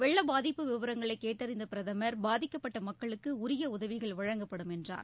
வெள்ளப் பாதிப்பு விவரங்களை கேட்டறிந்த பிரதமர் பாதிக்கப்பட்ட மக்களுக்கு உரிய உதவிகள் வழங்கப்படும் என்றார்